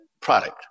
product